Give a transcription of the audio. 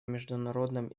международном